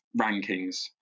rankings